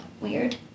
weird